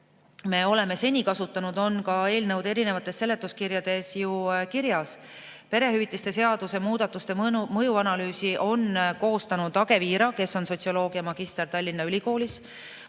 me oleme seni kasutanud, on eelnõude seletuskirjades ju kirjas. Perehüvitiste seaduse muudatuste mõju analüüsi on koostanud Age Viira, kes on sotsioloogiamagister Tallinna Ülikoolis.